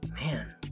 Man